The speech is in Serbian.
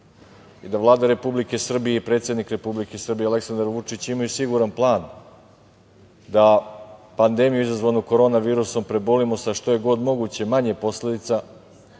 i da Vlada Republike Srbije i predsednik Republike Srbije Aleksandar Vučić imaju siguran plan da pandemiju izazvanu korona virusom prebolimo sa što je god moguće manje posledica,